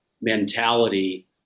mentality